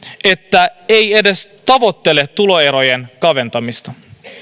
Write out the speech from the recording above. että se ei edes tavoittele tuloerojen kaventamista